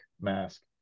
mask